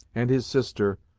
and his sister,